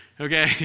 Okay